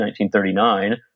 1939—